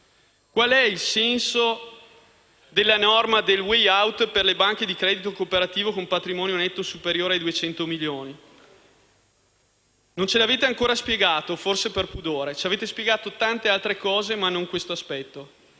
Qual è il senso della norma del *way out* per le banche di credito cooperativo con patrimonio netto superiore ai 200 milioni? Non ce l'avete ancora spiegato, e forse per pudore. Ci avete spiegato tanti altri aspetti, ma non questo. Avete